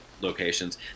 locations